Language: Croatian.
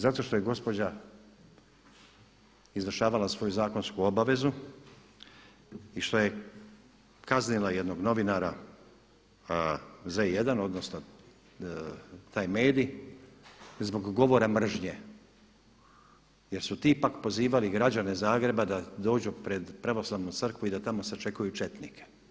Zato što je gospođa izvršavala svoju zakonsku obavezu i što je kaznila jednog novinara Z1, odnosno taj medij zbog govora mržnje, jer su ti pak pozivali građane Zagreba da dođu pred pravoslavnu crkvu i da tamo sačekuju četnike.